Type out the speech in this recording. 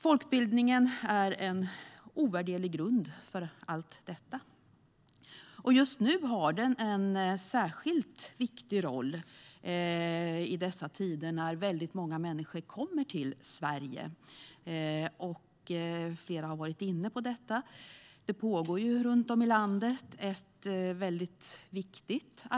Folkbildningen är en ovärderlig grund för allt detta. Och i dessa tider, när många människor kommer till Sverige, har den en särskilt viktig roll. Flera har varit inne på detta.